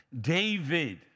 David